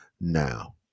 now